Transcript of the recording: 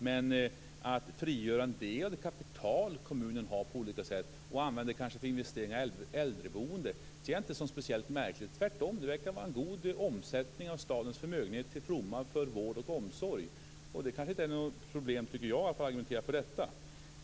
Men att på olika sätt frigöra en del av det kapital kommunen har och kanske använda det till investeringar i äldreboendet ser jag inte som speciellt märkligt. Tvärtom verkar det vara en god omsättning av stadens förmögenhet till fromma för vård och omsorg. Jag tycker kanske inte att det är något problem att argumentera för detta.